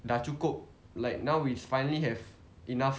dah cukup like now we finally have enough